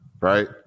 right